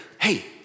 Hey